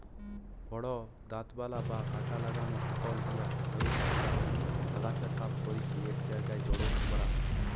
বড় দাঁতবালা বা কাঁটা লাগানা হাতল দিয়া ঝাড়ু দিকি ঘাস, আগাছা সাফ করিকি এক জায়গায় জড়ো করা হয়